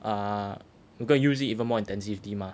uh we're gonne use it even more intensively mah